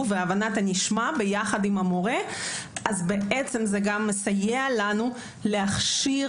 והבנת הנשמע יחד עם המורה - זה גם מסייע לנו להכשיר